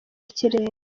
ikirere